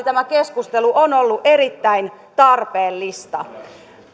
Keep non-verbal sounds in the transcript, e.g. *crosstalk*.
*unintelligible* tämä keskustelu on ollut erittäin tarpeellista